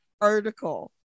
article